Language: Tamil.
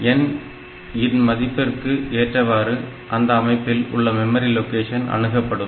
n இன் மதிப்பிற்கு ஏற்றவாறு அந்த அமைப்பில் உள்ள மெமரி லொகேஷன் அணுகப்படும்